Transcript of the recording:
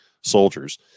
soldiers